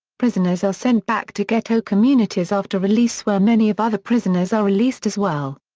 prisoners are sent back to ghetto communities after release where many of other prisoners are released as well.